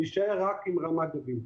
ונישאר רק עם רמת דוד.